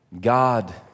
God